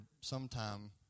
sometime